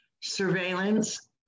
surveillance